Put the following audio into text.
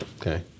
Okay